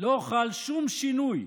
לא חל שום שינוי,